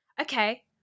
okay